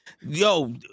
yo